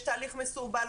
יש תהליך מסורבל.